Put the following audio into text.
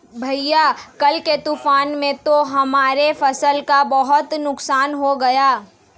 भैया कल के तूफान में तो हमारा फसल का बहुत नुकसान हो गया